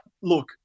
look